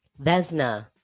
Vesna